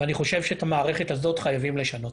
ואני חושב שאת המערכת הזאת חייבים לשנות.